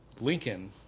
Lincoln